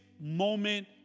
moment